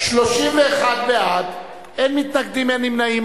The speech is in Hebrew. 31 בעד, אין מתנגדים, אין נמנעים.